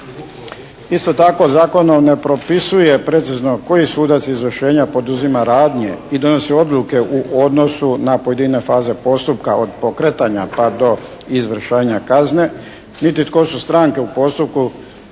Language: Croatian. Isto tako zakon ne propisuje precizno koji sudac izvršenja poduzima radnje i donosi odluke u odnosu na pojedine faze postupka od pokretanja pa do izvršenja kazne, niti tko su stranke u postupku